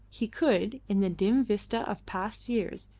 he could, in the dim vista of past years,